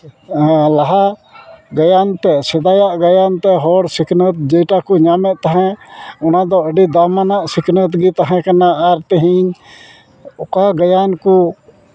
ᱞᱟᱦᱟ ᱜᱟᱭᱟᱱ ᱛᱮ ᱥᱮᱫᱟᱭᱟᱜ ᱜᱟᱭᱟᱱ ᱛᱮ ᱦᱚᱲ ᱥᱤᱠᱷᱱᱟᱹᱛ ᱡᱮᱴᱟ ᱠᱚ ᱧᱟᱢᱮᱫ ᱛᱟᱦᱮᱱ ᱚᱱᱟᱫᱚ ᱟᱹᱰᱤ ᱫᱟᱢᱟᱱᱟᱜ ᱥᱤᱠᱷᱱᱟᱹᱛ ᱜᱮ ᱛᱟᱦᱮᱸ ᱠᱟᱱᱟ ᱟᱨ ᱛᱮᱦᱤᱧ ᱚᱠᱟ ᱜᱟᱭᱟᱱ ᱠᱚ